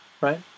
right